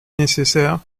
nécessaire